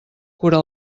cura